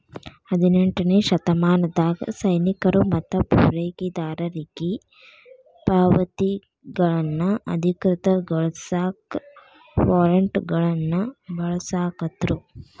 ಹದಿನೆಂಟನೇ ಶತಮಾನದಾಗ ಸೈನಿಕರು ಮತ್ತ ಪೂರೈಕೆದಾರರಿಗಿ ಪಾವತಿಗಳನ್ನ ಅಧಿಕೃತಗೊಳಸಾಕ ವಾರ್ರೆಂಟ್ಗಳನ್ನ ಬಳಸಾಕತ್ರು